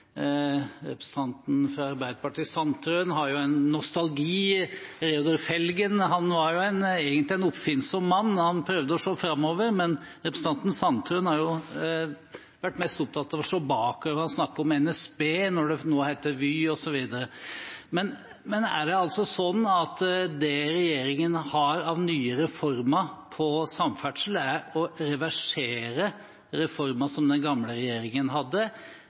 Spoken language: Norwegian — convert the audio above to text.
Representanten fra Arbeiderpartiet, Sandtrøen, har en nostalgi. Reodor Felgen var egentlig en oppfinnsom mann, og han prøvde å se framover, men representanten Sandtrøen har vært mest opptatt av å se bakover. Han snakker om NSB når det nå heter Vy, osv. Er det sånn at det regjeringen har av nye reformer på samferdselsområdet, er å reversere reformer som den gamle regjeringen hadde,